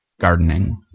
gardening